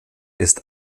ist